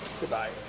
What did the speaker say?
goodbye